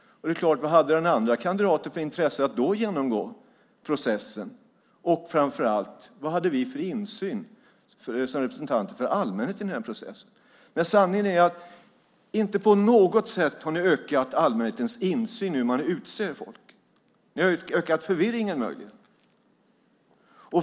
Det är klart - vad hade den andre sökande då för intresse av att genomgå processen? Och framför allt: Vad hade vi som representanter för allmänheten för insyn i processen? Sanningen är att ni inte på något sätt har ökat allmänhetens insyn i hur man utser folk. Möjligen har ni ökat förvirringen.